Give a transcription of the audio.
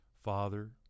father